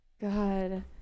god